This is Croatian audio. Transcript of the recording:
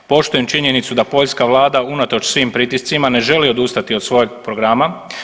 Poštujem činjenicu da poljska vlada unatoč svim pritiscima ne želi odustati od svojeg programa.